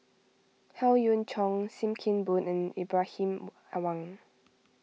Howe Yoon Chong Sim Kee Boon and Ibrahim Awang